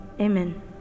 Amen